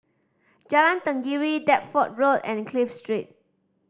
Jalan Tenggiri Deptford Road and Clive Street